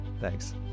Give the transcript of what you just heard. Thanks